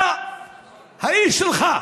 בא האיש שלך,